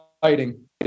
fighting